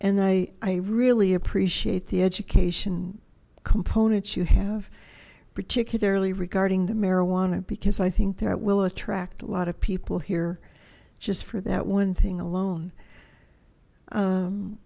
and i i really appreciate the education components you have particularly regarding the marijuana because i think that will attract a lot of people here just for that one thing alone